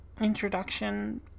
Introduction